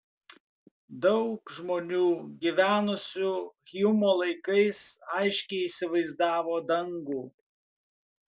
daug žmonių gyvenusių hjumo laikais aiškiai įsivaizdavo dangų